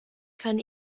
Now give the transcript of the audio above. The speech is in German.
kann